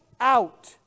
out